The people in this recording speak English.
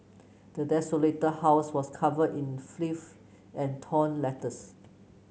the desolated house was covered in filth and torn letters